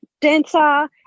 dancer